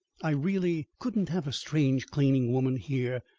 i really, couldn't have a strange cleaning-woman here,